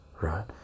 right